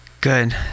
Good